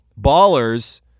Ballers